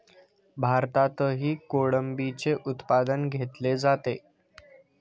भारतातही कोळंबीचे उत्पादन घेतले जाते